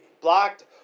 blocked